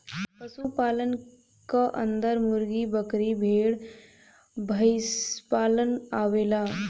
पशु पालन क अन्दर मुर्गी, बकरी, भेड़, भईसपालन आवेला